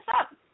up